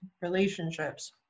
relationships